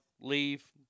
Leave